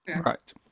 right